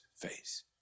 face